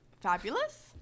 fabulous